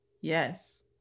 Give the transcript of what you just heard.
yes